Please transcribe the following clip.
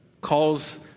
calls